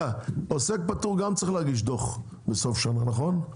עוסק פטור גם צריך להגיש דוח בסוף שנה, נכון?